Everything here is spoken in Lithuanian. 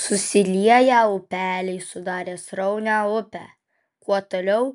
susilieję upeliai sudarė sraunią upę kuo toliau